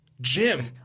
Jim